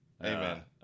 Amen